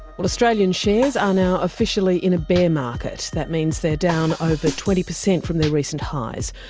australian shares are now officially in a bear market that means they are down over twenty percent from their recent highs.